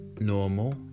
normal